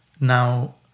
now